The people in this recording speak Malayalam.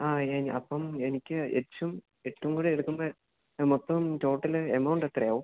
ആ അപ്പം എനിക്ക് എച്ചും എട്ടും കൂടെ എടുക്കുമ്പോള് മൊത്തം ടോട്ടല് എമൗണ്ടെത്രയാകും